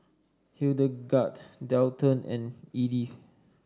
Hildegarde Dalton and Edyth